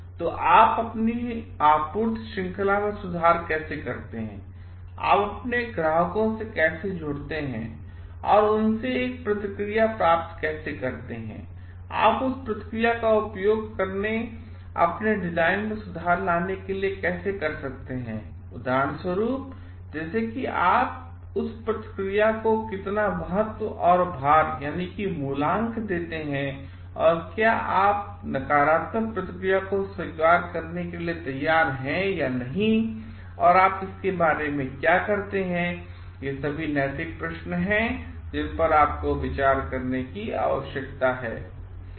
तो आप अपनी आपूर्ति श्रृंखला में सुधार कैसे करते हैं आप अपने ग्राहकों से कैसे जुड़ते हैं और उनसे एक प्रतिक्रिया प्राप्त करते हैं आप उस प्रतिक्रिया का उपयोग अपने डिजाइन में सुधार लाने के लिए कैसे करते हैं उदाहरण स्वरुप जैसे कि आप उस प्रतिक्रिया को कितना महत्व और भार देते हैं और क्या आप नकारात्मक प्रतिक्रिया को स्वीकार करने के लिए तैयार हैं या नहीं और आप इसके बारे में क्या करते हैं ये भी नैतिक प्रश्न हैंजिन परआपको विचार करने की आवश्यकताहै